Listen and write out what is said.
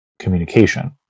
communication